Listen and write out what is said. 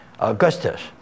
Augustus